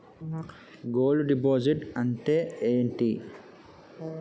Gold deposit అంతే ఎంటి?